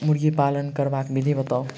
मुर्गी पालन करबाक विधि बताऊ?